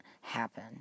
happen